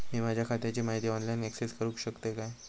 मी माझ्या खात्याची माहिती ऑनलाईन अक्सेस करूक शकतय काय?